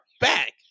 back